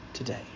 today